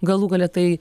galų gale tai